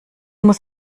muss